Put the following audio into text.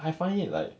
I find it like